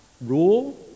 rule